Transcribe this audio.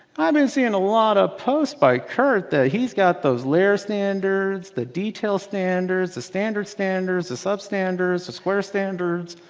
i've been seeing a lot of posts by curt that he's got those layer standards, that detail standards, the standard standards, the substandard, the squares standards.